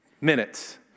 minutes